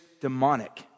demonic